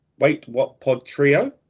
WaitWhatPodTrio